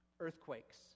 earthquakes